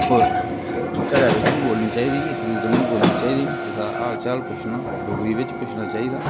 और घरै बिच बी बोलनी चाहिदी इक दूए कन्नै बी बोलनी चाहिदी कुसै दा हाल चाल पुच्छना डोगरी बिच पुच्छना चाहिदा